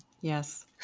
Yes